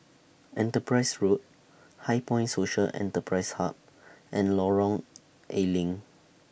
Enterprise Road HighPoint Social Enterprise Hub and Lorong A Leng